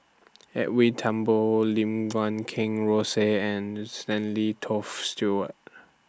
Edwin Thumboo Lim Guat Kheng Rosie and Stanley Toft Stewart